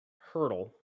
hurdle